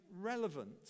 relevant